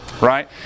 right